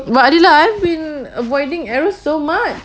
but ada lah I've been avoiding arrows so much